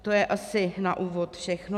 To je asi na úvod všechno.